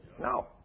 No